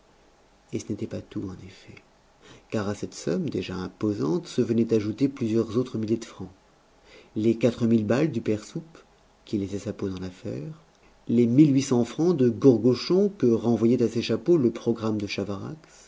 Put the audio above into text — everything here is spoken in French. et ce n'était pas tout en effet car à cette somme déjà imposante se venaient ajouter plusieurs autres milliers de francs les quatre mille balles du père soupe qui laissait sa peau dans l'affaire les francs de gourgochon que renvoyait à ses chapeaux le programme de